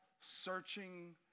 searching